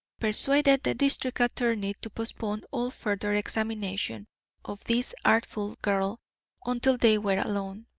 persuaded the district attorney to postpone all further examination of this artful girl until they were alone.